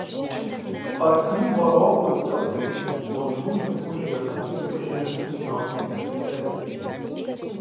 arklių varovui eutichui po vienų linksmų išgertuvių jis pažėrė du milijonus sestercijų